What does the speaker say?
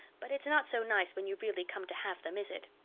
but it's not so nice when you really come to have them, is it?